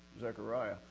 Zechariah